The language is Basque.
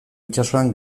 itsasoan